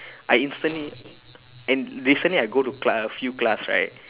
I instantly and recently I go to class a few class right